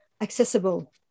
accessible